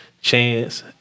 chance